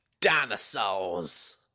Dinosaurs